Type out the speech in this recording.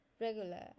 regular